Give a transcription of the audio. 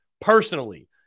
personally